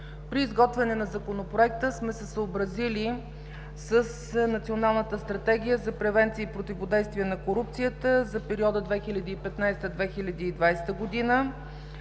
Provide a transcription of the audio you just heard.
При изготвяне на Законопроекта сме се съобразили с Националната стратегия за превенция и противодействие на корупцията за периода 2015 – 2020 г.,